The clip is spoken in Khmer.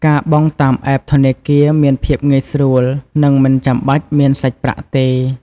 ការបង់តាមអេបធនាគារមានភាពងាយស្រួលនិងមិនចាំបាច់មានសាច់ប្រាក់ទេ។